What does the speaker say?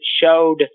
showed